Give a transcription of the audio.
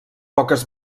poques